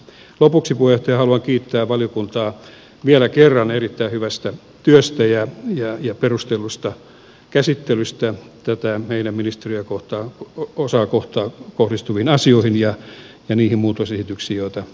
lopuksi puheenjohtaja haluan kiittää valiokuntaa vielä kerran erittäin hyvästä työstä ja perusteellisesta käsittelystä ministeriön meidän osaamme kohdistuviin asioihin ja niistä muutosesityksistä joita te olette tehneet